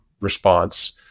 response